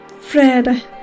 Fred